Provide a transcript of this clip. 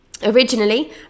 Originally